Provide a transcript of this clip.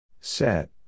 Set